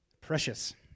precious